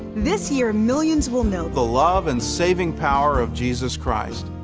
this year millions will know. the love and saving power of jesus christ.